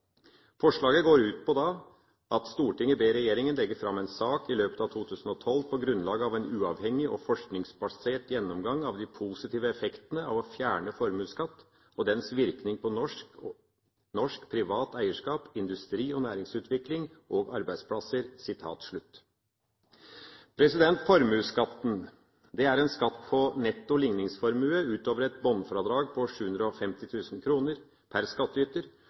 ber regjeringen legge fram en sak i løpet av 2012 på grunnlag av en uavhengig og forskningsbasert gjennomgang av de positive effektene av å fjerne formuesskatt og dens virkning på norsk, privat eierskap, industri- og næringsutvikling og arbeidsplasser.» Formuesskatten er en skatt på netto ligningsformue utover et bunnfradrag på 750 000 kr per